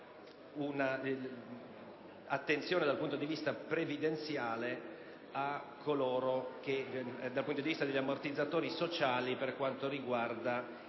Grazie,